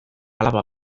alaba